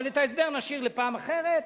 אבל את ההסבר נשאיר לפעם אחרת,